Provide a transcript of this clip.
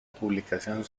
publicación